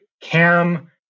Cam